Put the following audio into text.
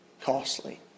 costly